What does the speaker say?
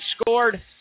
scored